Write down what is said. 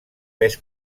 pes